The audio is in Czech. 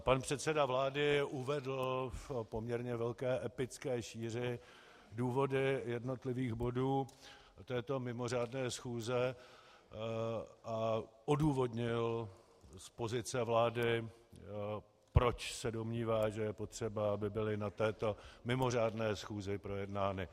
Pan předseda vlády uvedl v poměrně velké epické šíři důvody jednotlivých bodů této mimořádné schůze a odůvodnil z pozice vlády, proč se domnívá, že je potřeba, aby byly na této mimořádné schůzi projednány.